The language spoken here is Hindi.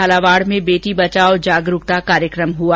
झालावाड़ में बेटी बचाओ जागरूकता कार्यक्रम हुआ